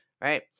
Right